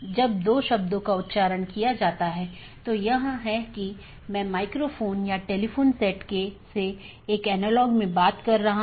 और यदि हम AS प्रकारों को देखते हैं तो BGP मुख्य रूप से ऑटॉनमस सिस्टमों के 3 प्रकारों को परिभाषित करता है